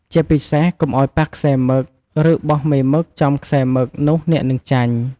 ជាពិសេសកុំអោយប៉ះខ្សែរមឹក ឬបោះមេមឹកចំខ្សែរមឹកនោះអ្នកនឹងចាញ់។